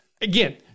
Again